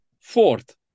Fourth